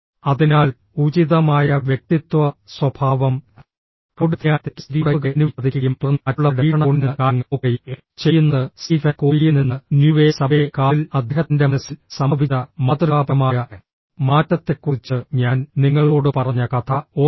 അതിനാൽ ഉചിതമായ വ്യക്തിത്വ സ്വഭാവം ക്ലൌഡ് വിധിന്യായത്തിലേക്ക് സ്റ്റീരിയോടൈപ്പുകളെ അനുവദിക്കാതിരിക്കുകയും തുടർന്ന് മറ്റുള്ളവരുടെ വീക്ഷണകോണിൽ നിന്ന് കാര്യങ്ങൾ നോക്കുകയും ചെയ്യുന്നത് സ്റ്റീഫൻ കോവിയിൽ നിന്ന് ന്യൂവേ സബ്വേ കാറിൽ അദ്ദേഹത്തിന്റെ മനസ്സിൽ സംഭവിച്ച മാതൃകാപരമായ മാറ്റത്തെക്കുറിച്ച് ഞാൻ നിങ്ങളോട് പറഞ്ഞ കഥ ഓർക്കുക